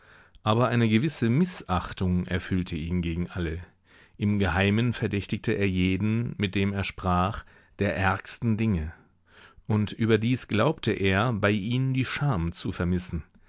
aber eine gewisse mißachtung erfüllte ihn gegen alle im geheimen verdächtigte er jeden mit dem er sprach der ärgsten dinge und überdies glaubte er bei ihnen die scham zu vermissen